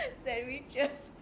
sandwiches